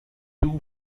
two